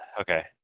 Okay